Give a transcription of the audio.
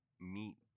meet